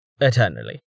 Eternally